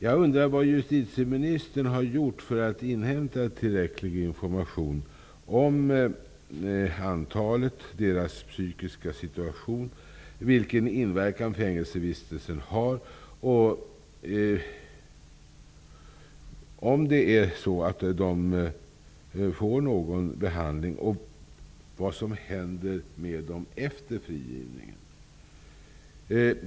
Jag undrar vad justitieministern har gjort för att inhämta tillräckligt med information om antalet fångar, om fångarnas psykiska situation, om vilken inverkan fängelsevistelsen har, om huruvida de intagna får någon behandling och om vad som händer med de intagna efter frigivningen.